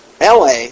LA